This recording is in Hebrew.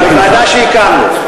לוועדה שהקמנו.